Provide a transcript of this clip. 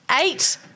Eight